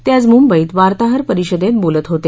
ते आज मुंबईत वार्ताहर परिषदेत बोलत होते